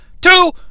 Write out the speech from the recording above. two